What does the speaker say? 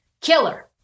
Killer